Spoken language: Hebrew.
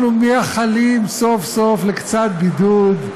אנחנו מייחלים סוף-סוף לקצת בידוד,